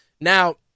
Now